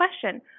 question